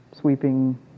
sweeping